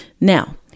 Now